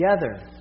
together